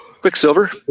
Quicksilver